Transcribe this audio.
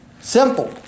Simple